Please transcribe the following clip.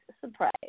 surprise